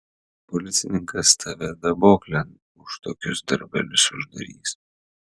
policininkas tave daboklėn už tokius darbelius uždarys